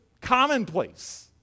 commonplace